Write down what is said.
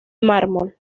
mármol